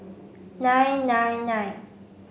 nine nine nine